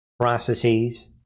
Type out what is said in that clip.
processes